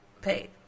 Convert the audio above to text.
paid